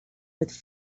with